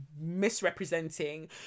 misrepresenting